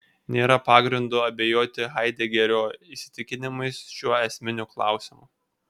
nėra pagrindo abejoti haidegerio įsitikinimais šiuo esminiu klausimu